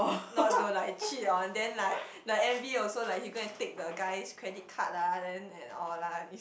not to like cheat on then like the M_V also like he go and take the guy's credit card lah then and all lah